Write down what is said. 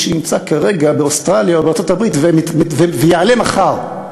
שנמצא כרגע באוסטרליה או בארצות-הברית ויעלה מחר,